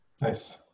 Nice